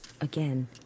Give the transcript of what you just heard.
again